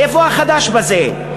איפה החדש בזה?